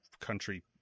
country